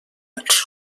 els